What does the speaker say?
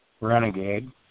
Renegade